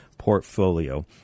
portfolio